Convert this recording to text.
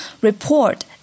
report